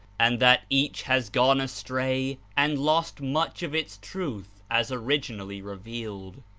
and that each has gone astray and lost much of its truth as originally revealed.